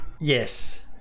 Yes